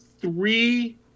three